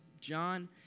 John